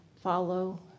Follow